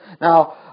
Now